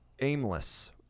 aimless